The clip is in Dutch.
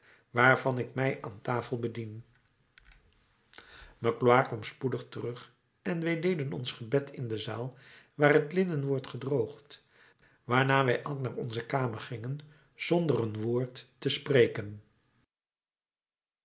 waarvan ik mij aan tafel bedien magloire kwam spoedig terug en wij deden ons gebed in de zaal waar het linnen wordt gedroogd waarna wij elk naar onze kamer gingen zonder een woord te spreken